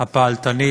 הפעלתנית,